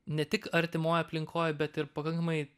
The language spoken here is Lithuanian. ne tik artimoj aplinkoj bet ir pakankamai